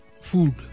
food